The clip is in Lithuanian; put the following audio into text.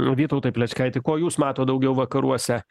vytautai plečkaiti ko jūs matot daugiau vakaruose